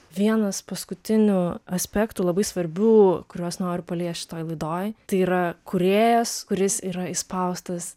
vienas paskutinių aspektų labai svarbių kuriuos noriu paliest šitoj laidoj tai yra kūrėjas kuris yra įspaustas